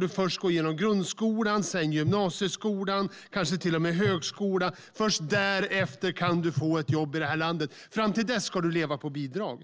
du ska gå igenom grundskolan, gymnasieskolan och kanske till och med högskolan, och först därefter kan du få ett jobb i det här landet. Fram till dess ska du leva på bidrag.